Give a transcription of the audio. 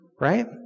Right